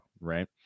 right